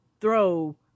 throw